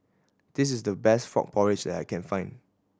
this is the best frog porridge that I can find